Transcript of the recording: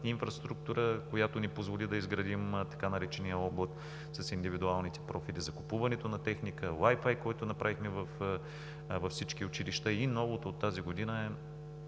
инфраструктура, която ни позволи да изградим така наречения облак с индивидуалните профили; закупуването на техника; Wi-Fi, който направихме във всички училища, и новото от тази година –